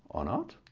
or not?